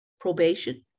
probation